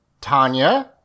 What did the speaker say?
Tanya